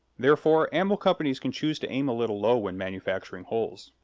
therefore, ammo companies can choose to aim a little low when manufacturing hulls.